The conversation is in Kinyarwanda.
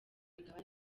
migabane